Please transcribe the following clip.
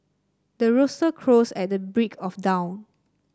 the rooster crows at the break of dawn